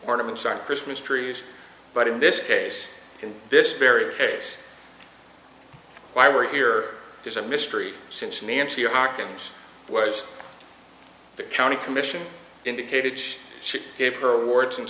ornaments on christmas trees but in this case in this very case why we're here is a mystery since nancy harkins was the county commission indicated she gave her awards and